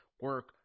Work